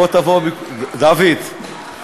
דוד,